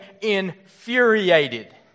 infuriated